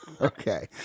Okay